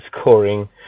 scoring